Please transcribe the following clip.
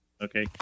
Okay